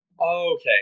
Okay